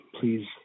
please